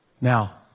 Now